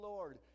Lord